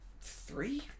three